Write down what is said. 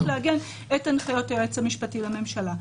לעגן את הנחיות היועץ המשפטי לממשלה.